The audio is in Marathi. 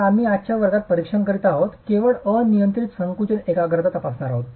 तर आम्ही आजच्या वर्गात परीक्षण करीत आहोत केवळ अनियंत्रित संकुचन एकाग्रता तपासणार आहोत